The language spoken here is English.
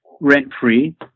rent-free